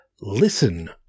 listen